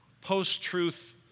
post-truth